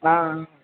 ஆ